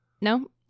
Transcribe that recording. No